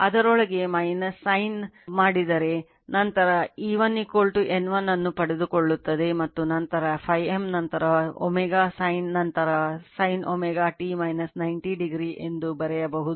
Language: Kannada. ಅದರೊಳಗೆ ಸೈನ್ ಮಾಡಿದರೆ ನಂತರ E1 N1 ಅನ್ನು ಪಡೆದುಕೊಳ್ಳುತ್ತದೆ ಮತ್ತು ನಂತರ Φm ನಂತರ ω sin ನಂತರ sin ω t 90o ಎಂದು ಬರೆಯಬಹುದು